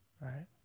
Right